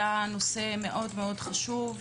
הנושא היה מאוד-מאוד חשוב.